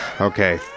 Okay